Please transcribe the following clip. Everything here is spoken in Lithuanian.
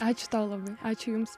ačiū tau ačiū jums